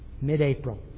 mid-April